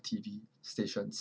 T_V stations